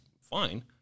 fine